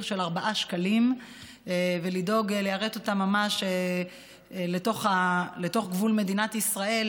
של ארבעה שקלים ולדאוג לשלוח אותם ממש לתוך מדינת ישראל,